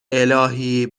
االهی